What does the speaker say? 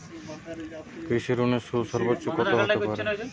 কৃষিঋণের সুদ সর্বোচ্চ কত হতে পারে?